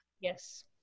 Yes